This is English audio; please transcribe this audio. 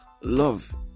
love